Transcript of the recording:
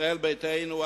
ישראל ביתנו,